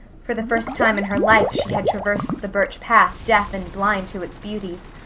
for the first time in her life she had traversed the birch path deaf and blind to its beauties.